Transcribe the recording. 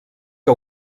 que